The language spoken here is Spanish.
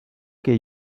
que